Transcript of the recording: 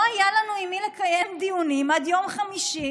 לא היה לנו עם מי לקיים דיונים עד יום חמישי,